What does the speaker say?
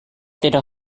tidak